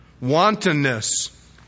Wantonness